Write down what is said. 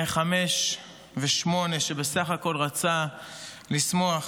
חמש ושמונה שבסך הכול רצה לשמוח וליהנות,